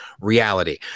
reality